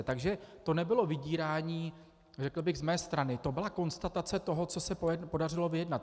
Takže to nebylo vydírání, řekl bych, z mé strany, to byla konstatace toho, co se podařilo vyjednat.